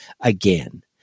again